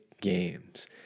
games